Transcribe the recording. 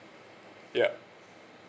yup